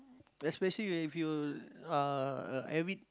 especially if you uh a avid